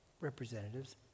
representatives